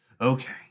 Okay